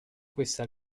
questa